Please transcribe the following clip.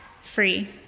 free